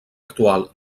actual